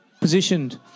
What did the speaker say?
positioned